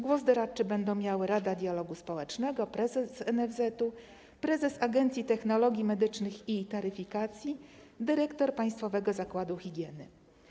Głos doradczy będą miały: Rada Dialogu Społecznego, prezes NFZ-u, prezes Agencji Technologii Medycznych i Taryfikacji, dyrektor Państwowego Zakładu Higieny.